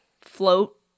float